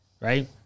right